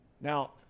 Now